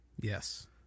Yes